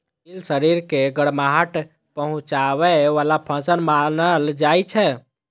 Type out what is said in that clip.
तिल शरीर के गरमाहट पहुंचाबै बला फसल मानल जाइ छै